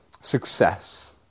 success